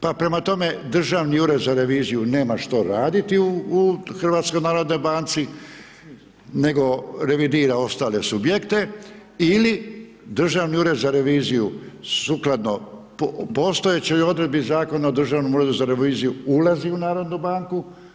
Pa prema tome Državni ured za reviziju nema što raditi u HNB-u, nego revidira ostale subjekte ili Državni ured za reviziju sukladno postojećoj odredbi Zakona o Državnom uredu za reviziju ulazi u narodnu banku.